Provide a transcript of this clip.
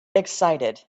excited